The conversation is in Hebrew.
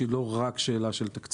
שהיא לא שאלה רק של תקציב.